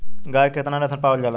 गाय के केतना नस्ल पावल जाला?